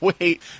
wait